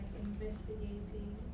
investigating